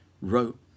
wrote